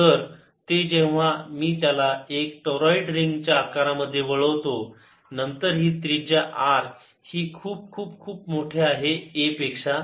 तर ते जेव्हा मी त्याला एका टोराईड रिंगच्या आकारा मध्ये वळवतो नंतर ही त्रिजा R ही खुप खुप खुप मोठे आहे a पेक्षा